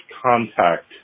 contact